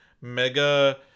Mega